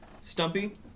Stumpy